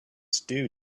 stew